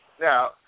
Now